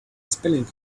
spelling